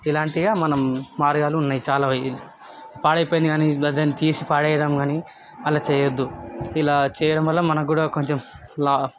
ఇలాంటివే మనం మార్గాలు ఉన్నాయి చాలా పాడైపోయింది కాని లేదా దాన్ని తీసి పాడేయటం కాని అలా చెయ్యద్దు ఇలా చెయ్యడం వల్ల మనకు కూడా కొంచం లా